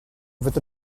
with